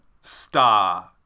star